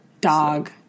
Dog